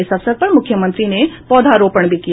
इस अवसर पर मुख्यमंत्री ने पौधारोपण भी किया